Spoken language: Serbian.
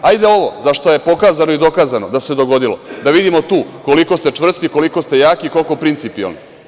Hajde ovo za šta je dokazano i pokazano da se dogodilo, da vidimo tu koliko ste čvrsti, koliko ste jaki, koliko principijelni.